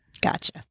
Gotcha